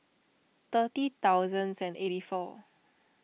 thirty thousands and eighty four